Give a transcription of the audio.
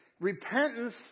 Repentance